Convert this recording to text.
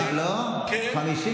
על הזמן